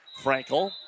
Frankel